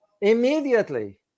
immediately